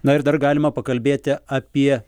na ir dar galima pakalbėti apie